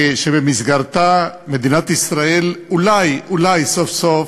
שבמסגרתה מדינת ישראל, אולי, אולי, סוף-סוף,